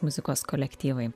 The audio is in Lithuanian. muzikos kolektyvai